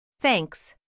Thanks